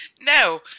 No